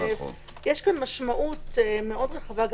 יש פה משמעות מאוד רחבה.